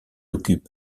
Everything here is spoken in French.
occupe